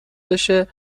بشه